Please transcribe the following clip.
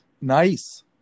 Nice